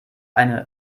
eine